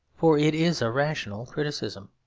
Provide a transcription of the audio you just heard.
for it is a rational criticism.